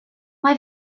mae